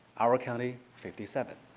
our county fifty seven.